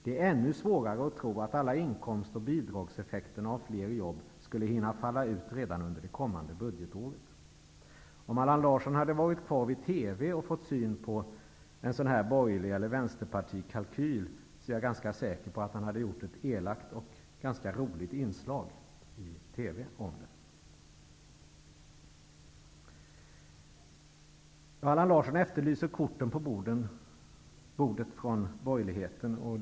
Det är ännu svårare att tro på att alla inkomst och bidragseffekter av fler jobb skulle hinna falla ut redan under det kommande budgetåret. Om Allan Larsson hade varit kvar vid TV och där fått syn på en sådan borgerlig kalkyl eller en sådan vänsterpartikalkyl, är jag ganska säker på att han hade gjort ett elakt och ganska roligt inslag om det i TV. Allan Larsson efterlyser från borgerligheten korten på bordet.